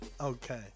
okay